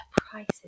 prices